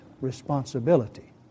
responsibility